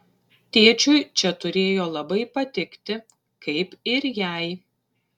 tėčiui čia turėjo labai patikti kaip ir jai